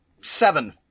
seven